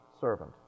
servant